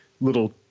little